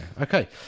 Okay